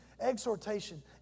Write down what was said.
exhortation